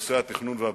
בנושא התכנון והבנייה.